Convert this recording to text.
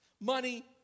Money